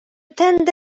тендер